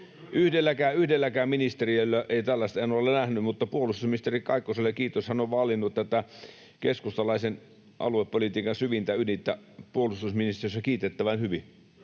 Yhdelläkään ministeriöllä en ole tällaista nähnyt, mutta puolustusministeri Kaikkoselle kiitos. Hän on vaalinut tätä keskustalaisen aluepolitiikan syvintä ydintä puolustusministeriössä kiitettävän hyvin.